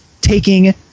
taking